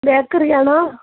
bakery ആണോ